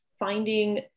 finding